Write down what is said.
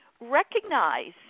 recognize